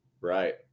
Right